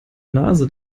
nase